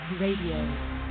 RADIO